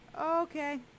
okay